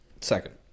Second